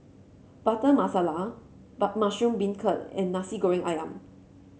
Butter Masala but Mushroom Beancurd and Nasi Goreng ayam